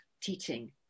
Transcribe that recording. teaching